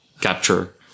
capture